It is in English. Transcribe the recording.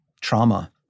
trauma